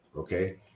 Okay